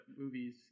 movies